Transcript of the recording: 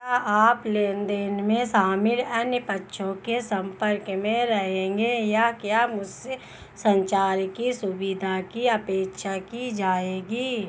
क्या आप लेन देन में शामिल अन्य पक्षों के संपर्क में रहेंगे या क्या मुझसे संचार की सुविधा की अपेक्षा की जाएगी?